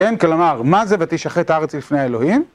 אין כלומר מה זה ותשחט ארץ לפני האלוהים?